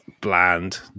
bland